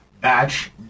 batch